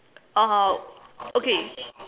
uh okay